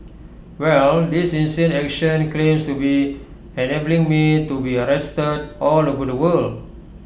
well this insane action claims to be enabling me to be arrested all over the world